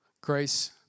Grace